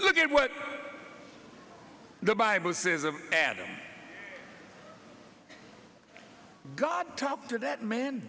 look at what the bible says of adam god talk to that man